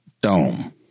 Dome